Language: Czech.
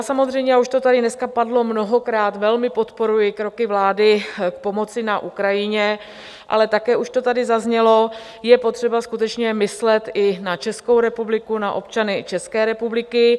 Samozřejmě, a už to tady dneska padlo mnohokrát, velmi podporuji kroky vlády pomoci na Ukrajině, ale také už to tady zaznělo, je potřeba skutečně myslet i na Českou republiku, na občany České republiky.